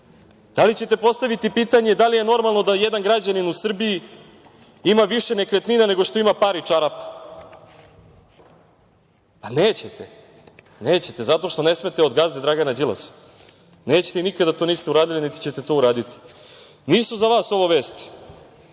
Da li ćete postaviti pitanje da li je normalno da jedan građanin u Srbiji ima više nekretnina nego što ima pari čarapa? Nećete. Nećete, zato što ne smete od gazde Dragana Đilasa. Nećete, nikada to niste uradili, niti ćete to uraditi. Nisu za vas ovo vesti,